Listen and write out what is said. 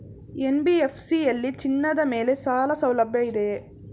NBFC ಯಲ್ಲಿ ಚಿನ್ನದ ಮೇಲೆ ಸಾಲಸೌಲಭ್ಯ ಇದೆಯಾ?